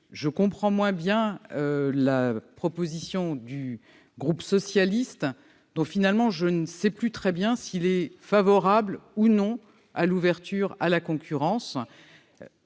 Je comprends moins bien l'amendement du groupe socialiste, dont finalement je ne sais plus très bien s'il est favorable, ou non, à l'ouverture à la concurrence.